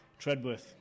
Treadworth